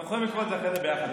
אתם יכולים לקרוא זה אחר כך.